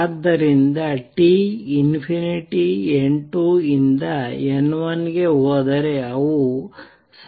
ಆದ್ದರಿಂದ T N2 ಯಿಂದ N1ಗೆ ಹೋದರೆ ಅವು ಸಮಾನವಾಗುತ್ತವೆ